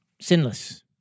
sinless